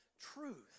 truth